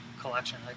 collection